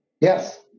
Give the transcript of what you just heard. Yes